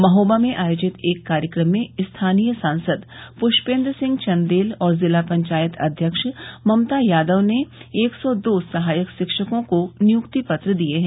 महोबा में आयोजित एक कार्यक्रम में स्थानीय सांसद पुष्पेन्द्र सिंह चंदेल और जिला पंचायत अध्यक्ष ममता यादव ने एक सौ दो सहायक शिक्षकों को नियुक्ति पत्र दिये हैं